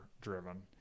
driven